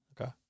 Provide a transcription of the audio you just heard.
Okay